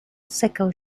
sickle